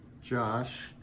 Josh